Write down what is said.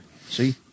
See